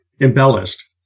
embellished